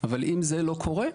אבל אם זה לא קורה,